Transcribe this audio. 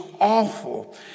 awful